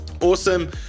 Awesome